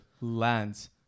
Lands